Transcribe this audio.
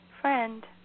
friend